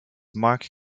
marc